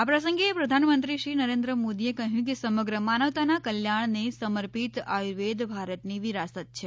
આ પ્રસંગે પ્રધાનમંત્રીશ્રી નરેન્યઓ મોદીએ કહ્યું કે સમગ્ર માનવતાના કલ્યાણને સમર્પિત આયુર્વેદ ભારતની વિરાસત છે